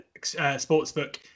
Sportsbook